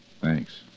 Thanks